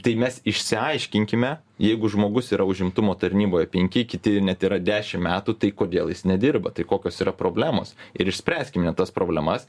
tai mes išsiaiškinkime jeigu žmogus yra užimtumo tarnyboje penki kiti net yra dešim metų tai kodėl jis nedirba tai kokios yra problemos ir išspręskime tas problemas